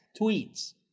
tweets